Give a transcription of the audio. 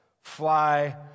fly